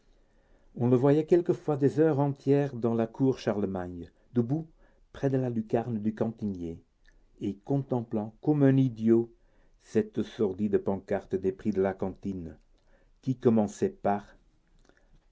on le voyait quelquefois des heures entières dans la cour charlemagne debout près de la lucarne du cantinier et contemplant comme un idiot cette sordide pancarte des prix de la cantine qui commençait par